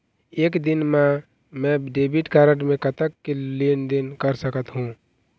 एक दिन मा मैं डेबिट कारड मे कतक के लेन देन कर सकत हो?